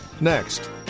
next